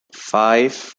five